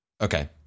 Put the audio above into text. Okay